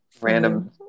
Random